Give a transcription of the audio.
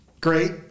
great